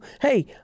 hey